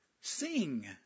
sing